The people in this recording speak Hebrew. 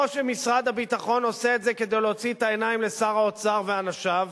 או שמשרד הביטחון עושה את זה כדי להוציא את העיניים לשר האוצר ואנשיו,